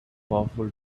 powerful